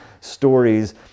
stories